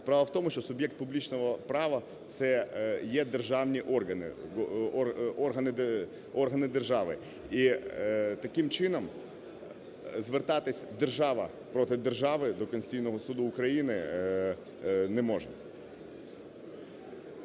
Справа в тому, що суб'єкт публічного права це є державні органи, органи держави. І таким чином звертатись держава проти держави до Конституційного Суду України не може.